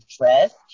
dress